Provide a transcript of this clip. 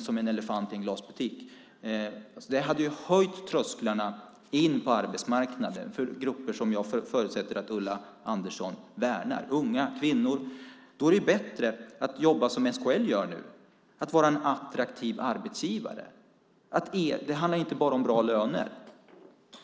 som en elefant i en porslinsbutik. Det skulle ha höjt trösklarna in på arbetsmarknaden för grupper som jag förutsätter att Ulla Andersson värnar om - unga människor och kvinnor. Då är det bättre att jobba för att vara en attraktiv arbetsgivare, precis som SKL gör nu. Det handlar inte bara om bra löner.